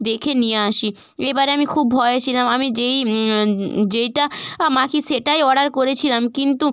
দেখে নিয়ে আসি এবারে আমি খুব ভয়ে ছিলাম আমি যেই যেইটা মাখি সেটাই অর্ডার করেছিলাম কিন্তু